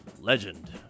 Legend